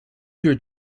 your